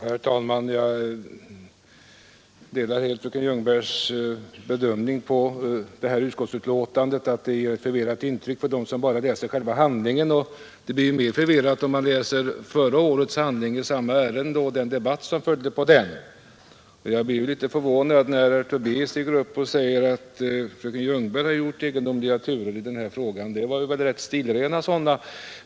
Herr talman! Jag delar helt fröken Ljungbergs bedömning att detta utskottsbetänkande gör ett förvirrat intryck på den som bara läser själva handlingen. Intrycket blir mer förvirrat om man läser förra årets handling i samma ärende och protokollet från den debatt som följde på den. Jag blir litet förvånad när herr Tobé stiger upp och säger att fröken Ljungberg har gjort egendomliga turer i den här frågan. Det var väl rätt stilrena sådana.